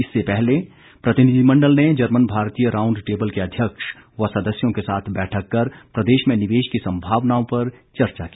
इससे पहले प्रतिनिधिमंडल ने जर्मन भारतीय राऊंड टेबल के अध्यक्ष व सदस्यों के साथ बैठक कर प्रदेश में निवेश की संभावनाओं पर चर्चा की